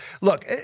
look